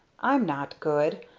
i'm not good.